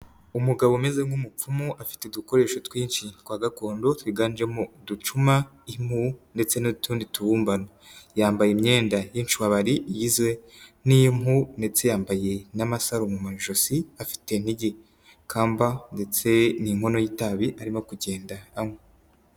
Umugabo umeze nk'umupfumu afite udukoresho twinshi twa gakondo twiganjemo uducuma, impu ndetse n'utundi tubumbano, yambaye imyenda y'inshwabari igizwee n'impu ndetse yambaye n'amasaro mu majosi afite n'igikamba ndetse n'inkono y'itabi arimo kugenda anywa.